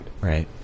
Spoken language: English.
Right